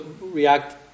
react